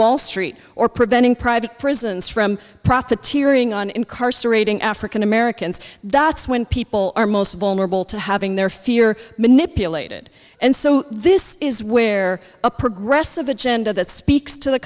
wall street or preventing private prisons from profiteering on incarcerating african americans that's when people are most vulnerable to having their fear manipulated and so this is where a progressive agenda that speaks to the